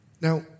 Now